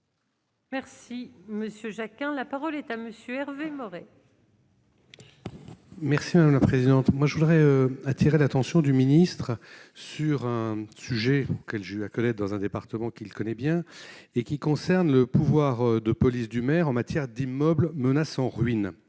Monsieur Jacquin, la parole est à monsieur Hervé Maurey. Merci la présidente, moi je voudrais attirer l'attention du ministre sur un sujet auquel j'ai eu à connaître dans un département qu'il connaît bien et qui concerne le pouvoir de police du maire en matière d'immeubles menaçant ruine,